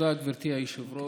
תודה, גברתי היושבת-ראש.